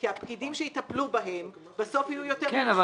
כי הפקידים שיטפלו בהם בסוף יהיו יותר